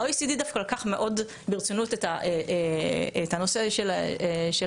ה-OECD דווקא לקח מאוד ברצינות את הנושא של ה-SDG,